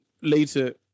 later